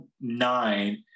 nine